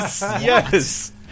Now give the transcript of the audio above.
yes